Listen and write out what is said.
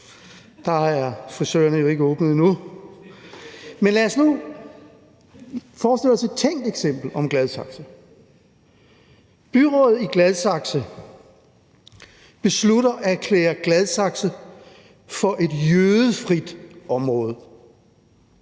der er frisørerne jo ikke åbnet endnu. Men lad os nu forestille os et tænkt eksempel om Gladsaxe: Byrådet i Gladsaxe beslutter at erklære Gladsaxe for et jødefrit område